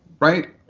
right?